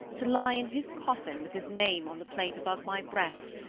to lie in his coffin with his name on the plate above my breast,